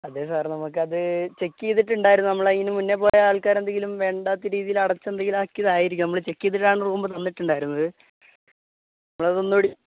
അതെ സാര് നമുക്കത് ചെക്കിയ്തിട്ടുണ്ടായിരുന്നു നമ്മളതിനു മുന്നേ പോയ ആള്ക്കാരെന്തെങ്കിലും വേണ്ടാത്ത രീതിയിലടച്ചെന്തെങ്കിലും ആക്കിയതായിരിക്കും നമ്മള് ചെക്കിയ്തിട്ടാണ് റൂം തന്നിട്ടുണ്ടായിരുന്നത് നമ്മളതൊന്നുകൂടി